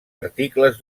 articles